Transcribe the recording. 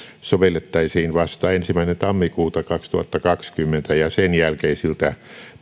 sovellettaisiin vasta ensimmäinen tammikuuta kaksituhattakaksikymmentä ja sen jälkeisiltä